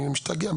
אני משתגע.